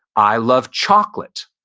i love chocolate.